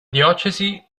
diocesi